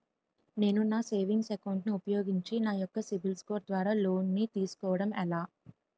నేను నా savings account ను ఉపయోగించి నా యెక్క సిబిల్ స్కోర్ ద్వారా లోన్తీ సుకోవడం ఎలా?